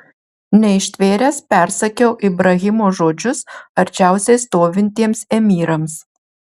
neištvėręs persakiau ibrahimo žodžius arčiausiai stovintiems emyrams